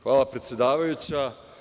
Hvala, predsedavajuća.